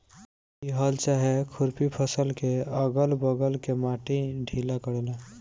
इ हल चाहे खुरपी फसल के अगल बगल के माटी ढीला करेला